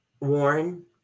Warren